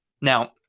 Now